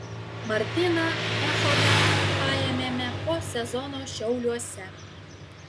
martyną echodą paėmėme po sezono šiauliuose